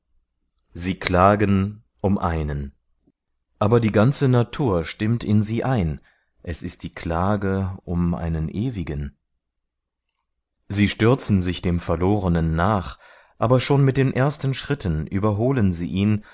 sie klagen um einen aber die ganze natur stimmt in sie ein es ist die klage um einen ewigen sie stürzen sich dem verlorenen nach aber schon mit den ersten schritten überholen sie ihn